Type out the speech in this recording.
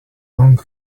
long